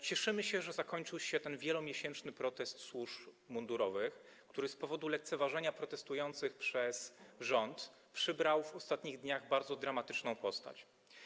Cieszymy się, że zakończył się ten wielomiesięczny protest służb mundurowych, który z powodu lekceważenia protestujących przez rząd przybrał w ostatnich dniach bardzo dramatyczną postać.